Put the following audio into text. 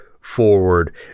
forward